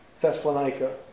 Thessalonica